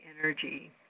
energy